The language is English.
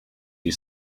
you